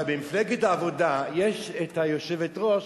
אבל במפלגת העבודה יש היושבת-ראש,